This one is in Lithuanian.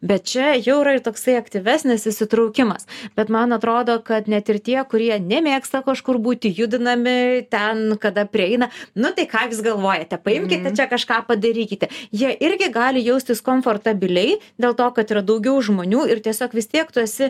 bet čia jau yra ir toksai aktyvesnis įsitraukimas bet man atrodo kad net ir tie kurie nemėgsta kažkur būti judinami ten kada prieina nu tai ką jūs galvojate paimkite čia kažką padarykite jie irgi gali jaustis komfortabiliai dėl to kad yra daugiau žmonių ir tiesiog vis tiek tu esi